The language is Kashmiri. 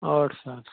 ٲٹھ ساس